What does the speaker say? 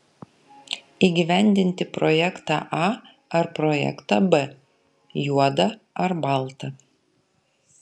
įgyvendinti projektą a ar projektą b juoda ar balta